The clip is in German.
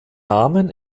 namen